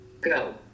go